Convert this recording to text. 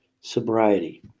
sobriety